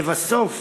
לבסוף,